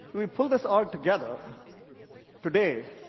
we'll pull this all together today,